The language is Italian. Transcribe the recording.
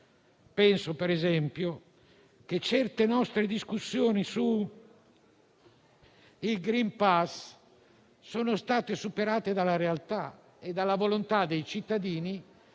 Penso, ad esempio, che certe nostre discussioni sul *green pass* siano state superate dalla realtà e dalla volontà dei cittadini